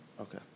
Okay